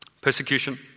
Persecution